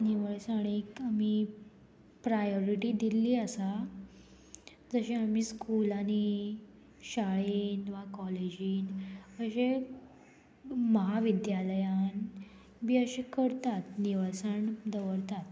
निवळसाणेक आमी प्रायोरिटी दिल्ली आसा जशें आमी स्कुलांनी शाळेंत वा कॉलेजींत अशे महाविद्यालयान बी अशे करतात निवळसाण दवरतात